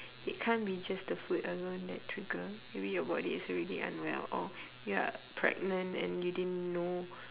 it can't be just the food alone that trigger maybe your body is already unwell or you're pregnant and you didn't know